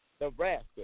Nebraska